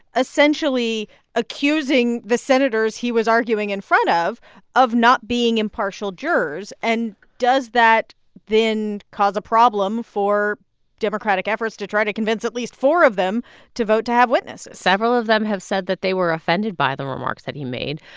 essentially accusing the senators he was arguing in front of of not being impartial jurors? and does that then cause a problem for democratic efforts to try to convince at least four of them to vote to have witnesses? several of them have said that they were offended by the remarks that he made.